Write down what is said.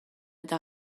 eta